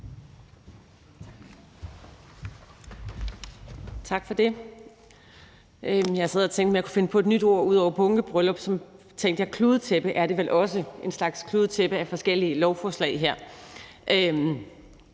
har siddet og tænkt på, om jeg kunne finde på et nyt ord ud over bunkebryllup, og et kludetæppe er det vel også; det er en slags kludetæppe af forskellige lovforslag.